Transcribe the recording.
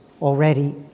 already